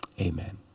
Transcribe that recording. amen